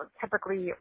typically